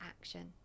action